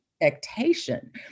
expectation